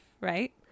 right